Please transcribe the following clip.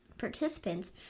participants